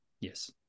Yes